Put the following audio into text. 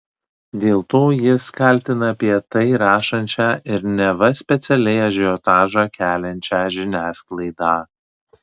dėl to jis kaltina apie tai rašančią ir neva specialiai ažiotažą keliančią žiniasklaidą